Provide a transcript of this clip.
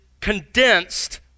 condensed